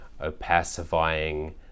opacifying